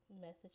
message